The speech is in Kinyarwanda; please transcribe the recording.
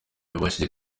yabajijwe